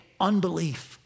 unbelief